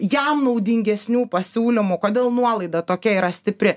jam naudingesnių pasiūlymų kodėl nuolaida tokia yra stipri